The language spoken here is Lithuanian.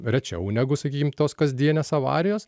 rečiau negu sakykim tos kasdienės avarijos